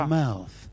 mouth